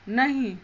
नहि